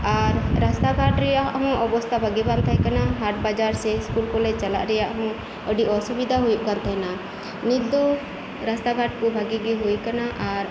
ᱟᱨ ᱨᱟᱥᱛᱟ ᱜᱷᱟᱴ ᱨᱮᱭᱟᱜ ᱦᱚᱸ ᱚᱵᱚᱥᱛᱟ ᱵᱷᱟᱜᱤ ᱵᱟᱝ ᱛᱟᱦᱮᱸ ᱠᱟᱱᱟ ᱦᱟᱴ ᱵᱟᱡᱟᱨ ᱥᱮ ᱤᱥᱠᱩᱞ ᱠᱚᱞᱮᱡ ᱪᱟᱞᱟᱜ ᱨᱮᱭᱟᱜ ᱦᱚᱸ ᱟᱹᱰᱤ ᱚᱥᱩᱵᱤᱫᱷᱟ ᱦᱩᱭᱩᱜ ᱠᱟᱱ ᱛᱟᱦᱮᱱᱟ ᱱᱤᱛ ᱫᱚ ᱨᱟᱥᱛᱟ ᱜᱷᱟᱴᱠᱩ ᱵᱷᱟᱜᱤᱜᱤ ᱦᱩᱭ ᱟᱠᱟᱱᱟ ᱟᱨ